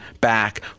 back